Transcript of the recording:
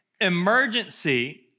emergency